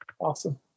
Awesome